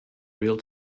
real